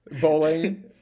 bowling